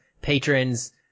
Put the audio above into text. patrons